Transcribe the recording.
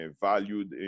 valued